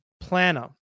planner